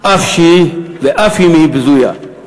ואף אם היא בזויה.